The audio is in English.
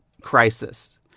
crisis